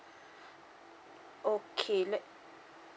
okay let